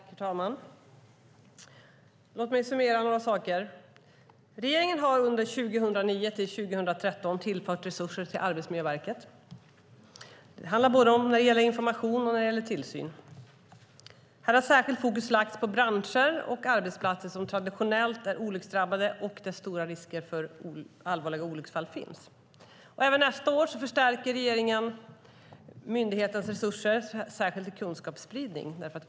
Herr talman! Låt mig summera några saker. Regeringen har under 2009-2013 tillfört resurser till Arbetsmiljöverket. Det handlar om både information och tillsyn. Här har särskilt fokus lagts på branscher och arbetsplatser som traditionellt är olycksdrabbade och där stora risker för allvarliga olycksfall finns. Även nästa år förstärker regeringen myndighetens resurser särskilt till kunskapsspridning.